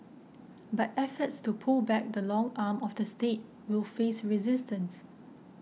but efforts to pull back the long arm of the State will face resistance